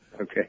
Okay